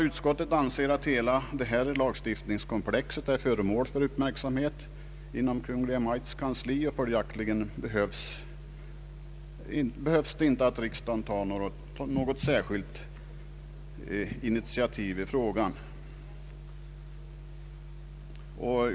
Utskottet anser att hela detta lagstiftningskomplex är föremål för uppmärksamhet inom Kungl. Maj:ts kansli och att riksdagen därför inte behöver ta något särskilt initiativ i frågan.